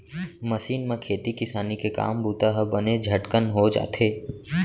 machine म खेती किसानी के काम बूता ह बने झटकन हो जाथे